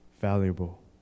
valuable